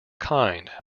kind